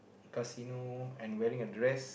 casino and wearing a dress